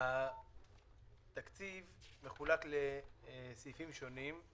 התקציב מחולק לסעיפים שונים.